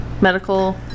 medical